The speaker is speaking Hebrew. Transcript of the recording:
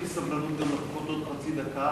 יש לי סבלנות גם לחכות עוד חצי דקה.